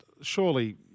surely